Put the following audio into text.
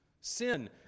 Sin